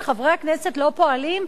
שחברי הכנסת לא פועלים?